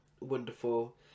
wonderful